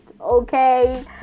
okay